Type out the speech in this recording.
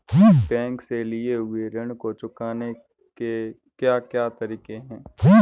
Bank से लिए हुए ऋण को चुकाने के क्या क्या तरीके हैं?